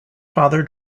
father